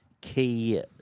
key